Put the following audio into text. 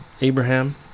Abraham